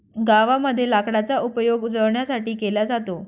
गावामध्ये लाकडाचा उपयोग जळणासाठी केला जातो